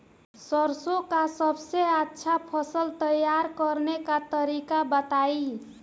सरसों का सबसे अच्छा फसल तैयार करने का तरीका बताई